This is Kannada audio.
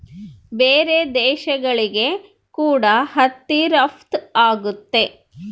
ಬೇರೆ ದೇಶಗಳಿಗೆ ಕೂಡ ಹತ್ತಿ ರಫ್ತು ಆಗುತ್ತೆ